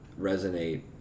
resonate